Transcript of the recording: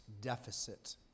deficit